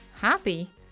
Happy